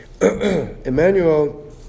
Emmanuel